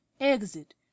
exit